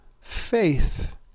faith